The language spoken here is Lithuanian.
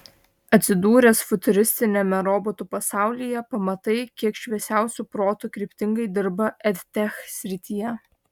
atsidūręs futuristiniame robotų pasaulyje pamatai kiek šviesiausių protų kryptingai dirba edtech srityje